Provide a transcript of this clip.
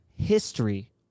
history